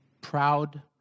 Proud